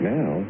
Now